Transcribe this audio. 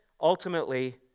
ultimately